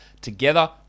together